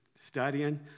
studying